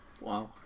Wow